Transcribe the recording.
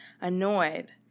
annoyed